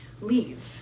leave